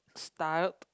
styled